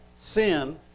sin